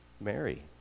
Mary